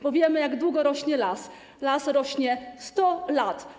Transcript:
Bo wiemy, jak długo rośnie las, las rośnie 100 lat.